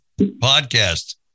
podcast